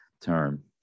term